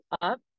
up